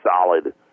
solid